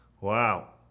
Wow